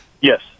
Yes